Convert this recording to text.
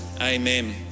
Amen